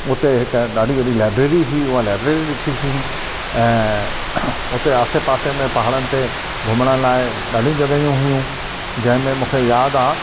उते हिकु ॾाढी वॾी लाइब्रेरी हुई उहा लाइब्रेरी ॾिठीसीं ऐं उते आसे पासे में पहाड़नि ते घुमण लाइ ॾाढियूं जॻहियूं हुयूं जंहिंमे मूंखे यादि आहे